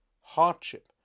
hardship